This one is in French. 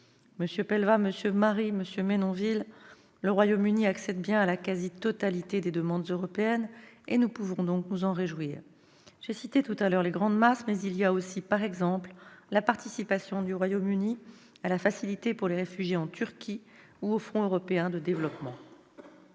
MM. Pellevat, Marie et Menonville : le Royaume-Uni accède bien à la quasi-totalité des demandes européennes. Nous pouvons nous en réjouir. J'ai cité tout à l'heure les grandes masses ; s'y ajoute, par exemple, la participation du Royaume-Uni à la facilité en faveur des réfugiés en Turquie ou au Fonds européen de développement.